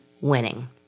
winning